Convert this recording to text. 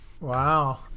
Wow